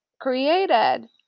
created